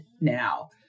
now